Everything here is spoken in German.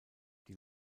die